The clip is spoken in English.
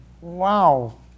Wow